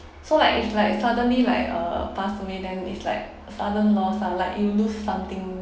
so like is like suddenly like uh pass away then is like sudden lor su~ like you lose something